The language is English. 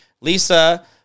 Lisa